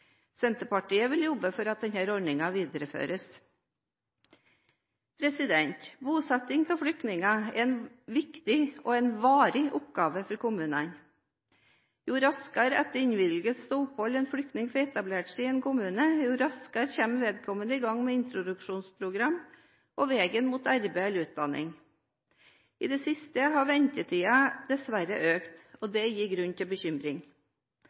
Senterpartiet vil jobbe for at denne ordningen videreføres. Bosetting av flyktninger er en viktig og en varig oppgave for kommunene. Jo raskere etter innvilgelse av opphold en flyktning får etablert seg i en kommune, jo raskere kommer vedkommende i gang med introduksjonsprogram og veien mot arbeid eller utdanning. I det siste har ventetiden dessverre økt, og det gir grunn til bekymring.